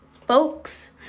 folks